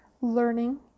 learning